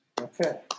Okay